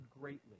greatly